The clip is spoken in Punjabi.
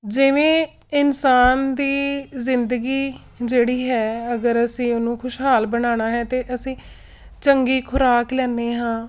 ਜਿਵੇਂ ਇਨਸਾਨ ਦੀ ਜ਼ਿੰਦਗੀ ਜਿਹੜੀ ਹੈ ਅਗਰ ਅਸੀਂ ਉਹਨੂੰ ਖੁਸ਼ਹਾਲ ਬਣਾਉਣਾ ਹੈ ਤਾਂ ਅਸੀਂ ਚੰਗੀ ਖੁਰਾਕ ਲੈਂਦੇ ਹਾਂ